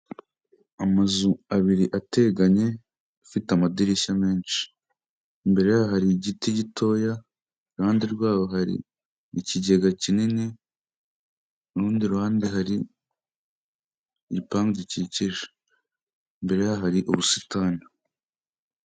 Amazu abiri ateganye afite amadirishya menshi, imbere yaho hari igiti gitoya, iruhande rwaho hari ikigega kinini, urundi ruhande hari igipangu gikikije, imbere yaho hari ubusitani.